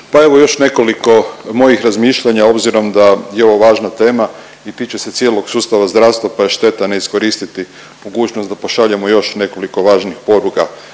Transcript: Pa evo, još nekoliko mojih razmišljanja obzirom da je ovo važna tema i time se cijelog sustava zdravstva pa je šteta ne iskoristiti mogućnost da pošaljemo još nekoliko važnih poruka.